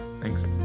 Thanks